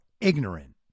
ignorant